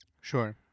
Sure